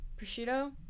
prosciutto